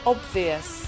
Obvious